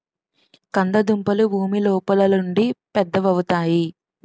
కంద దుంపలు భూమి లోపలుండి పెద్దవవుతాయి